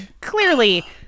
clearly